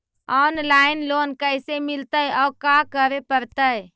Online loan कैसे मिलतै औ का करे पड़तै?